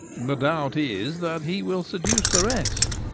the doubt is, that he will seduce the rest